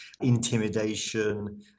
Intimidation